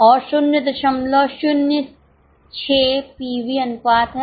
और 006 पीवी अनुपात है